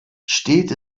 steht